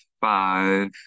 five